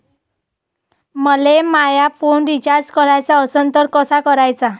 मले माया phone recharge कराचा असन तर कसा कराचा?